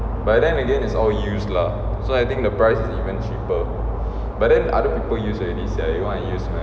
but then again is all used lah so I think the price is even cheaper but then other people use already sia you want to use meh